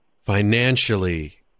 financially